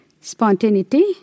spontaneity